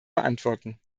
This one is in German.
beantworten